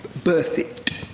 berth it.